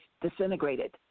disintegrated